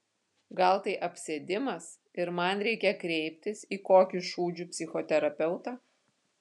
gal tai apsėdimas ir man reikia kreiptis į kokį šūdžių psichoterapeutą